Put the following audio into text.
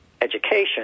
education